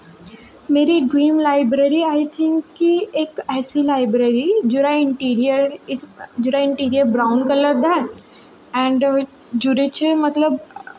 मेरी dream library I think के इक ऐसी लाइब्रेरी जेह्ड़ा इंन्टीरियर जेह्ड़ा इंन्टीरियर ब्राउन कल्लर दा ऐ ऐंड जु'दे च मतलब